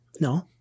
no